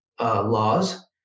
laws